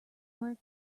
work